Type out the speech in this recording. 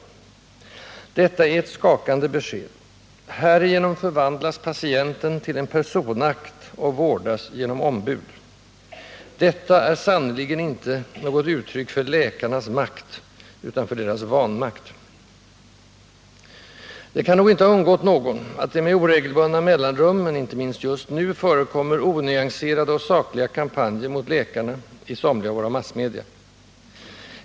Detta är ett skakande besked. Härigenom förvandlas patienten till en personakt och vårdas genom ombud. Detta är sannerligen inte något uttryck för läkarnas makt utan för deras vanmakt. Det kan nog inte ha undgått någon att det med oregelbundna mellanrum, men inte minst just nu, förekommit onyans2rade och osakliga kampanjer mot läkarna i somliga av våra massmedia.